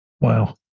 Wow